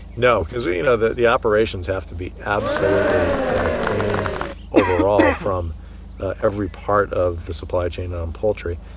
no, because you know the the operations have to be absolutely clean overall from every part of the supply chain on poultry.